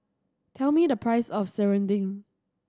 tell me the price of serunding